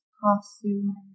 costume